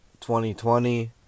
2020